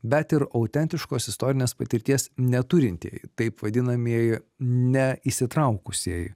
bet ir autentiškos istorinės patirties neturintieji taip vadinamieji neįsitraukusieji